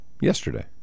yesterday